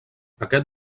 aquest